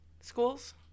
schools